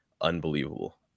unbelievable